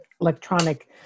electronic